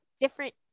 different